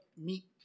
meat